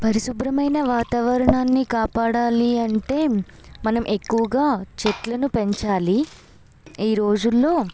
పరిశుభ్రమైన వాతావరణాన్ని కాపాడాలి అంటే మనం ఎక్కువగా చెట్లను పెంచాలి ఈ రోజుల్లో